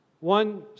One